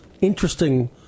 interesting